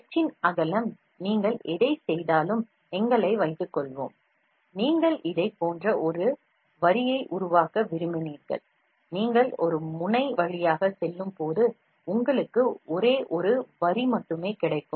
H இன் அகலம் ஏதுவாக இருந்தாலும் இது போன்ற ஒரு வரியை நீங்கள் உருவாக்க விரும்புகிறீர்கள் என்று வைத்துக் கொள்வோம் நீங்கள் முனை வழியாக ஒரு பாஸ் செய்யும்போது உங்களுக்கு ஒரு வரி மட்டுமே கிடைக்கும்